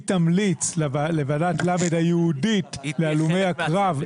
היא תמליץ לוועדת ל' הייעודית להלומי הקרב,